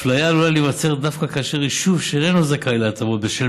אפליה עלולה להיווצר דווקא כאשר יישוב שאיננו זכאי להטבות בשל